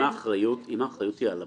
אם האחריות היא על הבנקים,